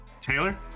Taylor